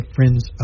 Friends